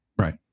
Right